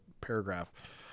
paragraph